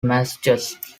massachusetts